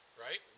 Right